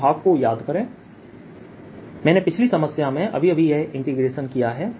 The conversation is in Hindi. इस भाग को याद करें मैंने पिछली समस्या में अभी अभी यह इंटीग्रेशन किया है